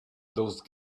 those